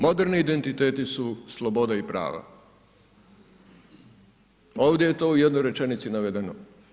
Moderni identiteti su sloboda i prava. ovdje je to u jednoj rečenici navedeno.